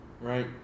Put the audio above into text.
right